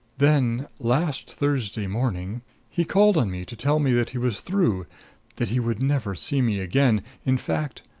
then last thursday morning he called on me to tell me that he was through that he would never see me again in fact,